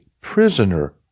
prisoner